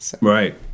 Right